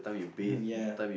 mmhmm ya